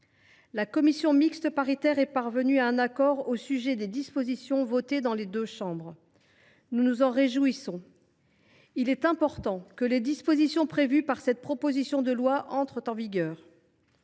La commission mixte paritaire (CMP) est parvenue à un accord au sujet des dispositions votées dans les deux chambres. Nous nous en réjouissons. Il est important que les mesures prévues par cette proposition de loi entrent en vigueur.